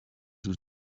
lose